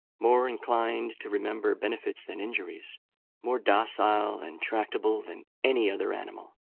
more inclined to remember benefits than injuries more docile and tractable than any other animal,